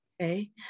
Okay